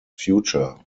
future